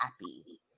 happy